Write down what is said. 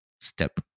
step